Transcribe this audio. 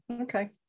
Okay